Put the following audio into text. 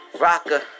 Rocker